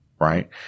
right